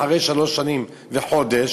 אחרי שלוש שנים וחודש.